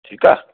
ठीकु आहे